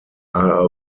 are